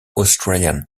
australian